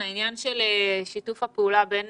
העניין של שיתוף הפעולה בין